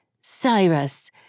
Cyrus